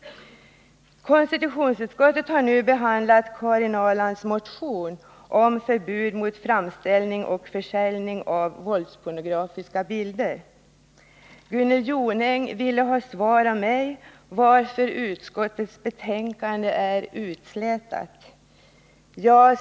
Konstitutionsutskottet har nu behandlat Karin Ahrlands motion om förbud mot framställning och försäljning av våldspornografiska bilder. Gunnel Jonäng frågade mig varför utskottets betänkande är utslätat.